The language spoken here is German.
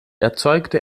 erzeugte